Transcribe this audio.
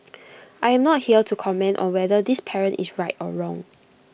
I am not here to comment on whether this parent is right or wrong